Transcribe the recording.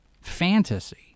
fantasy